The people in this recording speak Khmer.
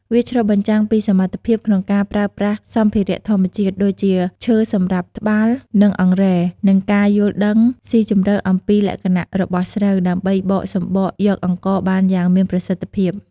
វាឆ្លុះបញ្ចាំងពីសមត្ថភាពក្នុងការប្រើប្រាស់សម្ភារៈធម្មជាតិ ដូចជាឈើសម្រាប់ត្បាល់ និងអង្រែ និងការយល់ដឹងស៊ីជម្រៅអំពីលក្ខណៈរបស់ស្រូវ ដើម្បីបកសម្បកយកអង្ករបានយ៉ាងមានប្រសិទ្ធភាព។